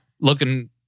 looking